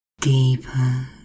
deeper